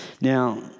Now